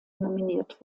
nominiert